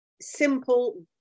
simple